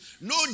No